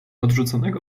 odrzuconego